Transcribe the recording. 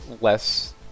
less